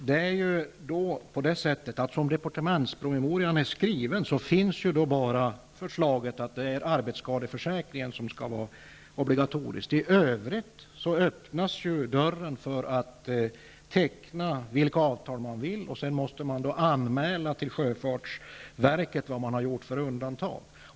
Herr talman! Som departementspromemorian är skriven finns bara förslaget att det är arbetsskadeförsäkringen som skall vara obligatorisk. I övrigt öppnas dörren för att teckna vilka avtal man vill. Sedan får man anmäla till sjöfartsverket vilka undantag som har gjorts.